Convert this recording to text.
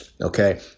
okay